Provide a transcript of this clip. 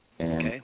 Okay